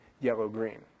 yellow-green